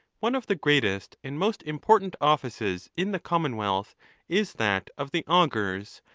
one of the greatest and most important offices in the commonwealth is that of the augurs,